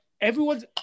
everyone's